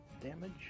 damage